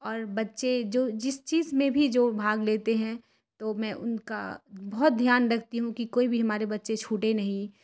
اور بچے جو جس چیز میں بھی جو بھاگ لیتے ہیں تو میں ان کا بہت دھیان رکھتی ہوں کہ کوئی بھی ہمارے بچے چھوٹے نہیں